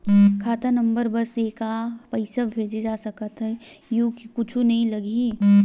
खाता नंबर बस से का पईसा भेजे जा सकथे एयू कुछ नई लगही का?